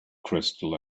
crystal